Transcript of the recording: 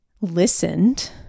listened